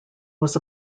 was